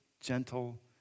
gentle